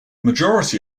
majority